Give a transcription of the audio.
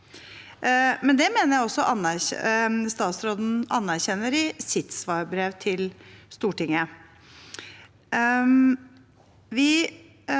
statsråden anerkjenner i sitt svarbrev til Stortinget.